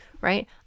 right